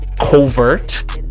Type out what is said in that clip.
covert